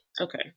Okay